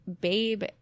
Babe